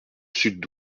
sud